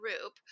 group